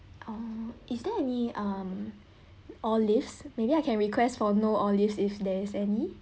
oh is there any um olives maybe I can request for no olives if there is any